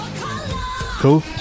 Cool